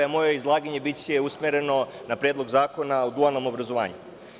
Moje izlaganje biće usmereno na Predlog zakona o dualnom obrazovanju.